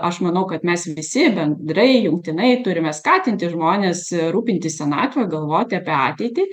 aš manau kad mes visi bendrai jungtinai turime skatinti žmones rūpintis senatve galvoti apie ateitį